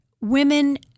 women